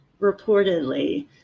reportedly